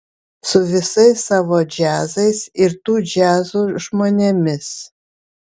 su visais savo džiazais ir tų džiazų žmonėmis